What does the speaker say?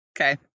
Okay